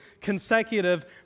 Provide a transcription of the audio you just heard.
consecutive